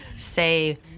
say